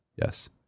Yes